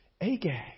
Agag